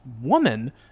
woman